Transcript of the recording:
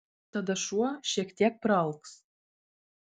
tada šuo šiek tiek praalks